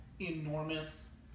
enormous